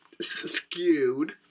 skewed